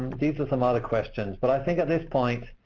these are some other questions, but i think at this point